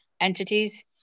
entities